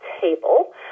table